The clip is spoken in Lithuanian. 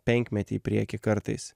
penkmetį į priekį kartais